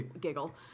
giggle